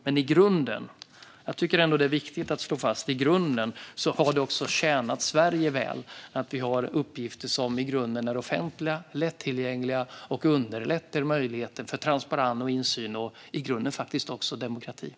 Jag tycker ändå att det är viktigt att slå fast att det har tjänat Sverige väl att vi har uppgifter som i grunden är offentliga och lättillgängliga och som underlättar möjligheten till transparens och insyn och i grunden faktiskt också demokratin.